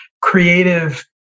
creative